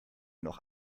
noch